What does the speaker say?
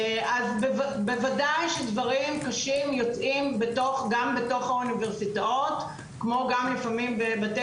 אז בוודאי שדברים קשים יוצאים גם בתוך האוניברסיטאות כמו גם נתונים בבתי